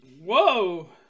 Whoa